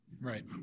Right